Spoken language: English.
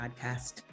Podcast